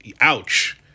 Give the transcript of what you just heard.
Ouch